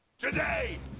Today